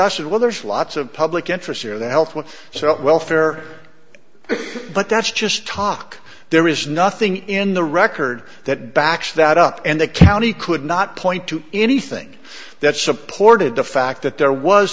just well there's lots of public interest here the health one so welfare but that's just talk there is nothing in the record that backs that up and the county could not point to anything that supported the fact that there was